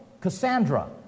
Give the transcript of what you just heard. Cassandra